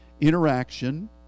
interaction